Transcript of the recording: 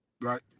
Right